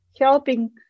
helping